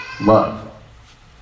love